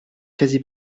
quasi